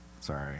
Sorry